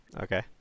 Okay